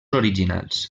originals